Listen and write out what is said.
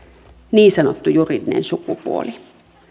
niin sanottu juridinen sukupuoli